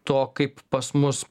to kaip pas mus